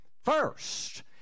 first